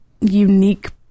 unique